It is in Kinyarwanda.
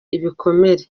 ibikomere